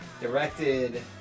directed